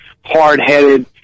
hard-headed